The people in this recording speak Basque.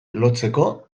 lotzeko